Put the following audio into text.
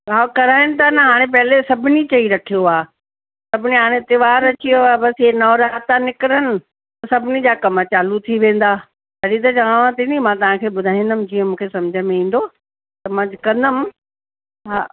हा कराइन था न हाणे पहिले सभिनी चई रखियो आहे सभिनी हाणे तयार अची वियो आहे बसि हीअ नवरात्रा निकिरनि सभिनी जा कम चालू थी वेंदा तॾहिं त चवाव थी न मां तव्हांखे ॿुधाईंदमि जीअं मूंखे सम्झि में ईंदो त मां कंदमि हा